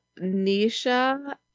Nisha